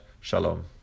Shalom